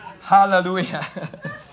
hallelujah